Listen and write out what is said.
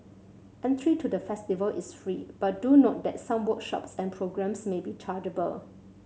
entry to the festival is free but do note that some workshops and programmes may be chargeable